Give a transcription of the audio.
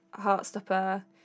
Heartstopper